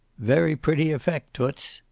very pretty effect, toots!